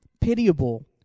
pitiable